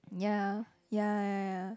ya ya